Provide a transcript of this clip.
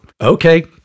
Okay